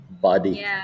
body